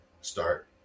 Start